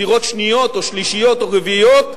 דירות שניות או שלישיות או רביעיות,